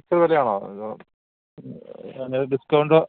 fix വിലയാണോ എന്തേലും ഡിസ്കൗണ്ടോ